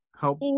help